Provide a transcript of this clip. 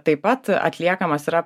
taip pat atliekamas yra